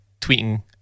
tweeting